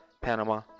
Panama